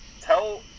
Tell